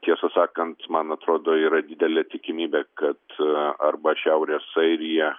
tiesą sakant man atrodo yra didelė tikimybė kad arba šiaurės airija